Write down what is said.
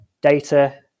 data